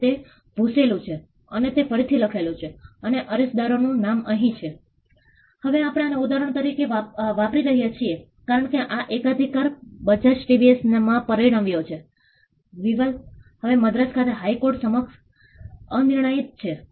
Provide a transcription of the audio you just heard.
તેથી આપણે તેમને ત્યાં પ્રોત્સાહન આપવા માટે નાના અને મોટા દખલની તૈયારી કરવાની જરૂર છે આ સ્થળે ત્યાં ઘણા પ્રોજેક્ટ ચાલી રહ્યા છે અને આ પ્રોજેક્ટમાંના ઘણા આપત્તિ જોખમ સંચાલન અને આબોહવા પરિવર્તન અનુકૂલન પર ધ્યાન કેન્દ્રિત કરી રહ્યા છે